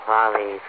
Polly